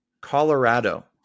Colorado